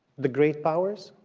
the great powers,